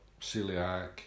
celiac